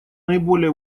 наиболее